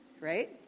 Right